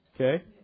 Okay